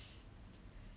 yes